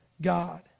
God